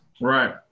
Right